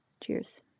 Cheers